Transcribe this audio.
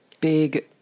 big